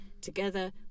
Together